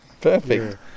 perfect